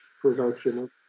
production